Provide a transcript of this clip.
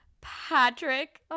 patrick